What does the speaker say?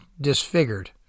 disfigured